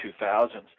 2000s